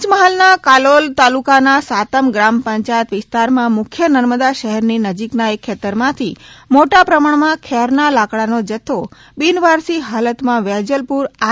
પંચમહાલ કાલોલ તાલુકાના સાતમ ગ્રામ પંચાયતના વિસ્તારમાં મુખ્ય નર્મદા નહેરની નજીકના એક ખેતરમાંથી મોટા પ્રમાણમાં ખેરના લાકડાનો જથ્થો બિનવારસી હાલતમાં વેજલપુર આર